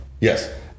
Yes